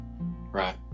right